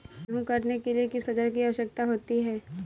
गेहूँ काटने के लिए किस औजार की आवश्यकता होती है?